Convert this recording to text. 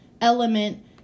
element